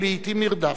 ולעתים נרדף.